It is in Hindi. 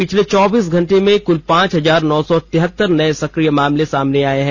पिछले चौबीस घंटों में कुल पांच हजार नौ सौ तिहतर नये सक्रिय मामले सामने आए हैं